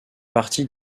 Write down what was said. partie